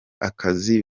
akazi